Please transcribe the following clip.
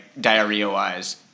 diarrhea-wise